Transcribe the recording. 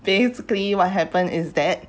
basically what happen is that